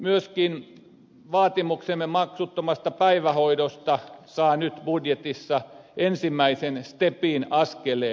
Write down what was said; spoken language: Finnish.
myöskin vaatimuksemme maksuttomasta päivähoidosta saa nyt budjetissa ensimmäisen stepin askeleen